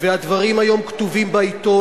הדברים היום כתובים בעיתון,